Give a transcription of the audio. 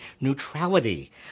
neutrality